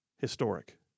historic